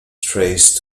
traced